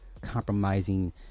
compromising